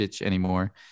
anymore